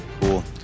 cool